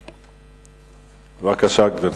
בבקשה, גברתי.